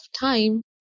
time